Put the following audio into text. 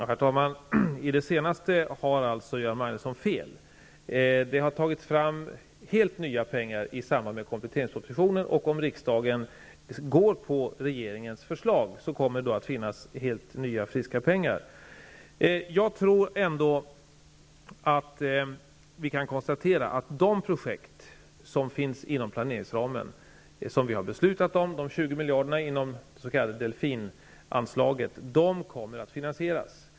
Herr talman! Beträffande det senast nämnda har Göran Magnusson fel. Det har tagits fram helt nya pengar i samband med kompletteringspropositionen. Om riksdagen antar regeringens förslag, kommer det att finnas helt nya, friska, pengar. Vi kan konstatera att de projekt som finns inom planeringsramen, de 20 miljarder kronorna inom det s.k. Delfinanslaget, som det har fattats beslut om, kommer att finansieras.